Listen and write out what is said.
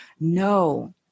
no